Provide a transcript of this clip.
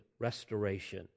restoration